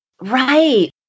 Right